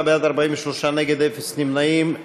34 בעד, 43 נגד, אפס נמנעים.